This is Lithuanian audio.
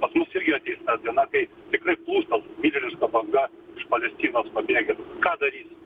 pas mus irgi ateis ta diena kai tikrai plūstels milžiniška banga iš palestinos pabėgėlių ką darysim